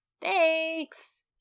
Thanks